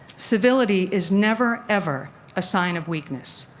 civility is never, ever a sign of weakness.